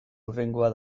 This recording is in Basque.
hurrengoa